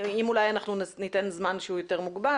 אולי אנחנו ניתן זמן שהוא יותר מוגבל,